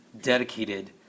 dedicated